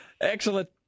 Excellent